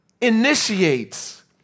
initiates